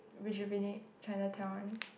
rejuvenate Chinatown